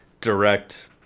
direct